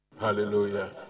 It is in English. Hallelujah